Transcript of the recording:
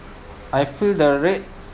I feel the rate